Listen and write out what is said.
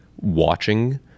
watching